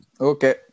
Okay